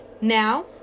Now